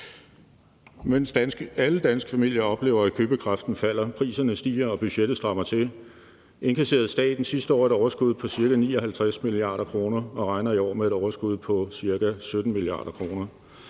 Mens alle danske familier oplever, at købekraften falder, at priserne stiger, og at budgettet strammer til, indkasserede staten sidste år et overskud på ca. 59 mia. kr. og regner i år med et overskud på ca. 17 mia. kr.